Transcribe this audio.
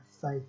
faith